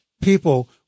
people